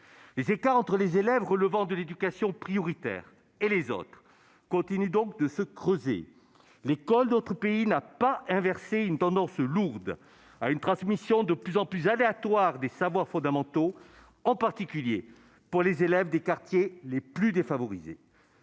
Les écarts entre les élèves relevant de l'éducation prioritaire et les autres continuent donc de se creuser. L'école de notre pays n'a pas inversé une tendance lourde à une transmission de plus en plus aléatoire des savoirs fondamentaux, en particulier pour les élèves des quartiers les plus défavorisés.